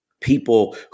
people